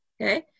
Okay